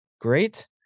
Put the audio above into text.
great